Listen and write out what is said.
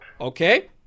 Okay